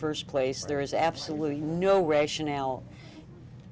first place there is absolutely no way chanelle